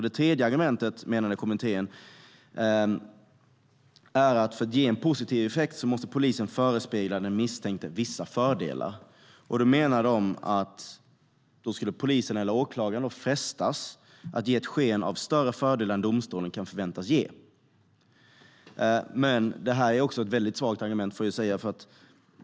Ett tredje argument enligt kommittén är att polisen, för att detta ska ge en positiv effekt, måste förespegla den misstänkte vissa fördelar. Man menar att polisen eller åklagare skulle frestas att ge ett sken av större fördelar än domstolen kan förväntas ge. Detta är också ett mycket svagt argument.